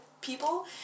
people